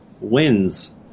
wins